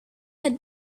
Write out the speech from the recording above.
had